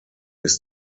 ist